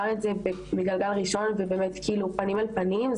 את זה ממקום ראשון ובאמת כאילו פנים מול פנים,